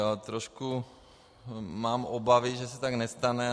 Ale trošku mám obavy, že se tak nestane.